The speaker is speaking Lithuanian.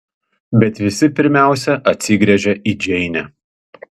bet visi pirmiausia atsigręžia į džeinę